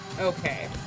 Okay